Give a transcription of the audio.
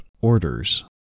orders